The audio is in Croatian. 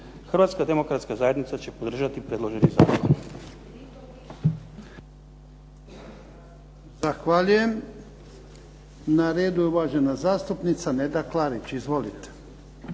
Hrvatska demokratska zajednica će podržati predloženi zakon.